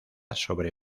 sobre